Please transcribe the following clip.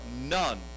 none